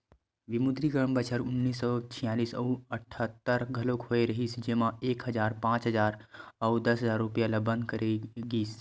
विमुद्रीकरन बछर उन्नीस सौ छियालिस अउ अठत्तर घलोक होय रिहिस जेमा एक हजार, पांच हजार अउ दस हजार रूपिया ल बंद करे गिस